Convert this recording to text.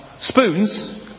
Spoons